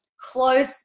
close